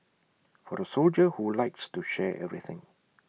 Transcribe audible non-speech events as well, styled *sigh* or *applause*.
*noise* for the soldier who likes to share everything